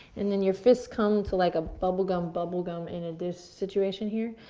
and then your fists come to like a, bubblegum, bubblegum in a dish situation here,